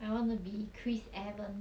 I want to be chris evans